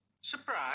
Surprise